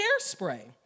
hairspray